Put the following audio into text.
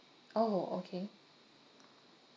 orh okay